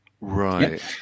Right